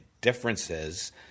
differences